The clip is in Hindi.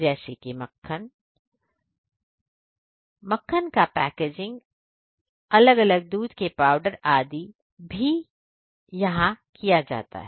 अर्थात मक्खन मक्खन का पैकेजिंग अलग अलग दूध के पाउडर आदि यह सब भी किया जाता है